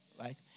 Right